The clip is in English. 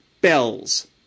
bells